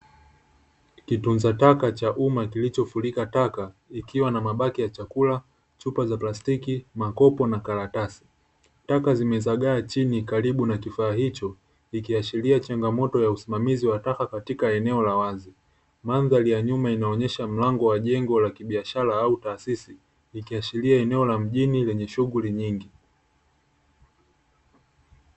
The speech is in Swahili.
Kitunza taka cha umma kilichofunika taka kikiwa na mabaki ya chakula, chupa za plastiki, makopo na karatasi. Taka zimezagaa chini karibu na kifaa hicho, ikiashiria changamoto ya usimamizi wa taka katika eneo la wazi. Mandhari ya nyuma inaonesha mlango wa jengo la kibiashara au taasisi ikiashiria eneo la mjini lenye shughuli nyingi.